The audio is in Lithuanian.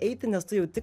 eiti nes tu jauti